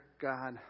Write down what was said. God